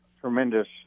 tremendous